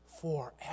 forever